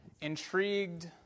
intrigued